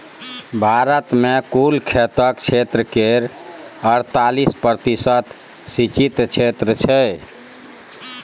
भारत मे कुल खेतक क्षेत्र केर अड़तालीस प्रतिशत सिंचित क्षेत्र छै